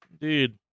Indeed